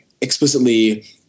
explicitly